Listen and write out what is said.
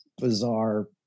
bizarre